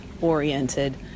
oriented